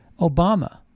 Obama